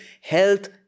health